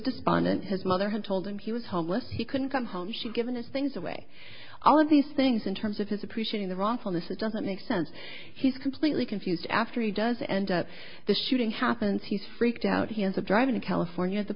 despondent his mother had told him he was homeless he couldn't come home she'd given his things away all of these things in terms of his appreciating the wrongfulness it doesn't make sense he's completely confused after he does and the shooting happens he's freaked out he has a drive in california t